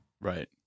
Right